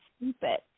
stupid